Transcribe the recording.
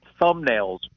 thumbnails